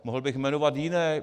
Mohl bych jmenovat jiné.